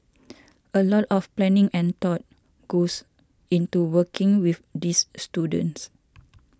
a lot of planning and thought goes into working with these students